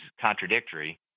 contradictory